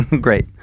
Great